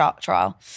trial